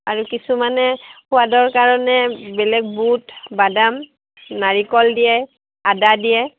আৰু কিছুমানে সোৱাদৰ কাৰণে বেলেগ বুট বাদাম নাৰিকল দিয়ে আদা দিয়ে